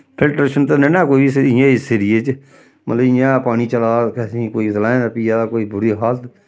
filtration ते नेईं ना है कोई इस इ'यां इस एरिये च मतलब इ'यां गै पानी चला दा केह् आखदे निं कोई तलाएं दा पिया दा कोई बुरी हालत